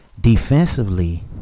Defensively